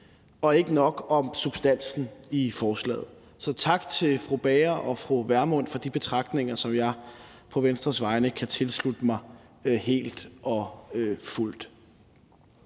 og ikke nok om substansen i forslaget. Så tak til fru Britt Bager og fru Pernille Vermund for de betragtninger, som jeg på Venstres vegne kan tilslutte mig helt og fuldt.